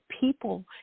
people